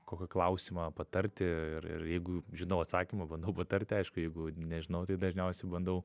kokį klausimą patarti ir ir jeigu žinau atsakymą bandau patarti aišku jeigu nežinau tai dažniausiai bandau